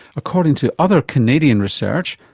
according to other canadian research,